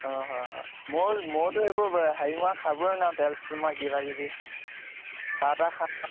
অঁ হ মই ময়োতো এইবোৰ হেৰি মৰা খাবই নোৱাৰোঁ তেল চেল মৰা কিবা কিবি চাহ তাহ খাম